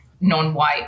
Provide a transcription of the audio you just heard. non-white